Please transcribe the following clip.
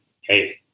hey